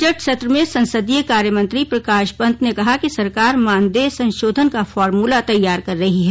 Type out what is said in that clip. budget सत्र में संसदीय कार्यमंत्री प्रकाश पंत ने कहा कि सरकार मानदेय संशोधन का फार्मूला तैयार कर रही है